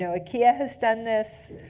you know ikea has done this.